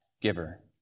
giver